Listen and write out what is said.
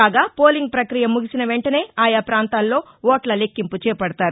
కాగా పోలింగ్ పక్రియ ముగిసిన వెంటనే ఆయా ప్రాంతాల్లో ఓట్ల లెక్కింపు చేపడతారు